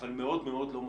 אבל מאוד מאוד לא מספיק.